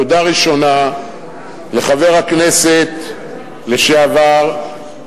תודה ראשונה לחבר הכנסת לשעבר,